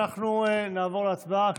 אנחנו נעבור להצבעה,